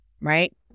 Right